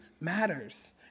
matters